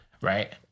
right